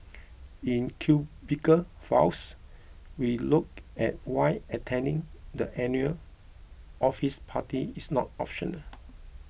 in Cubicle Files we look at why attending the annual office party is not optional